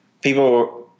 People